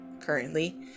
currently